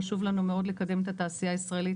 חשוב לנו מאוד לקדם את התעשייה הישראלית,